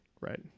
Right